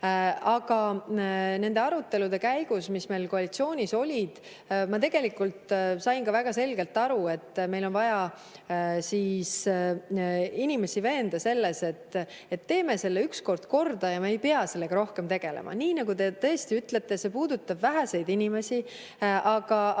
Aga nende arutelude käigus, mis meil koalitsioonis olid, sain ma tegelikult ka väga selgelt aru, et meil on vaja inimesi veenda selles, et teeme selle ükskord korda ja me ei pea sellega rohkem tegelema. Nii nagu te ütlete, see puudutab tõesti väheseid inimesi, aga